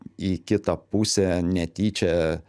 į kitą pusę netyčia